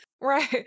Right